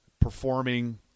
performing